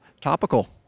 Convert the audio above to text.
topical